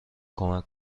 کمک